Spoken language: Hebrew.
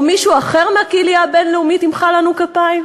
או מישהו אחר מהקהילייה הבין-לאומית ימחא לנו כפיים?